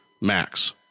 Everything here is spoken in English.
Max